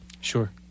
Sure